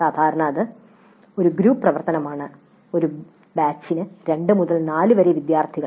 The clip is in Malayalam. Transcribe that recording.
സാധാരണ ഇത് ഒരു ഗ്രൂപ്പ് പ്രവർത്തനമാണ് ഒരു ബാച്ചിന് 2 മുതൽ 4 വരെ വിദ്യാർത്ഥികൾ